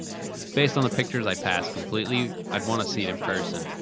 based on the pictures, i'd pass completely. i'd want to see it in person.